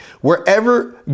wherever